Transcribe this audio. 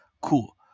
cool